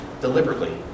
deliberately